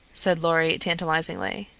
said lorry tantalizingly.